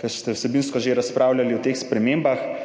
ki ste vsebinsko že razpravljali o teh spremembah,